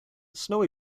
snowy